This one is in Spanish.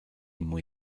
muy